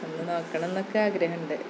ഒന്ന് നോക്കണം എന്നൊക്കെ ആഗ്രഹമുണ്ട്